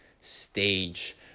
stage